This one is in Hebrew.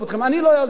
אני לא אעזוב אתכם.